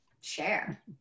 share